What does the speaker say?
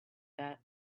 that